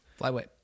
Flyweight